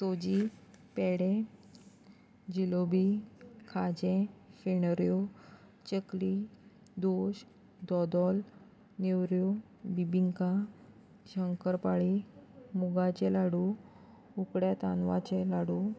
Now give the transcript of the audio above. सोजी पेडे जिलोबी खाजें फेणऱ्यो चकरी दोश दोदोल नेवऱ्यो बिबिंका शंकरपाळी मुगाचे लाडू उकड्या तांदळाचे लाडू